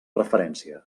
referència